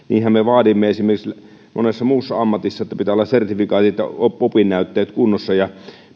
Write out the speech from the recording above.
niinhän me vaadimme esimerkiksi monessa muussa ammatissa että pitää olla sertifikaatit ja opinnäytteet kunnossa ja